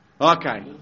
Okay